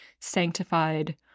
sanctified